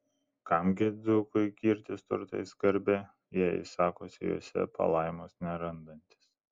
kam gi dzūkui girtis turtais garbe jei jis sakosi juose palaimos nerandantis